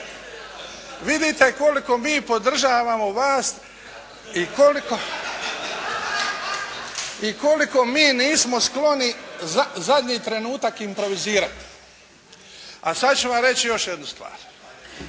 Vidite koliko mi podržavamo vas i koliko mi nismo skloni zadnji trenutak improvizirati. A sad ću vam reći još jednu stvar.